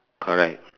correct